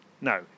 no